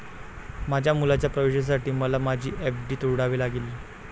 माझ्या मुलाच्या प्रवेशासाठी मला माझी एफ.डी तोडावी लागली